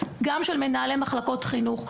גם של אנשי מחלקות חינוך.